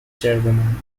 chairwoman